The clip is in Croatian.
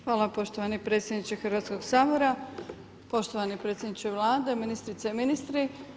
Hvala poštovani predsjedniče Hrvatskog sabora, poštovani predsjedniče Vlade, ministrice i ministri.